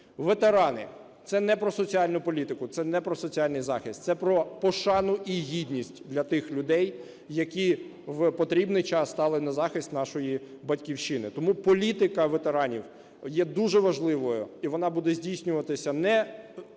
Ветерани. Це не про соціальну політику, це не про соціальний захист, це про пошану і гідність для тих людей, які в потрібний час стали на захист нашої Батьківщини. Тому політика ветеранів є дуже важливою, і вона буде здійснюватися не